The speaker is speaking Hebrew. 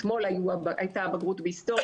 אתמול הייתה הבגרות בהיסטוריה,